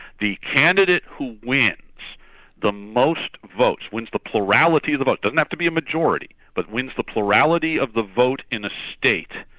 the candidate who wins the most votes, wins the plurality of the votes, doesn't have to be a majority, but wins the plurality of the vote in a state,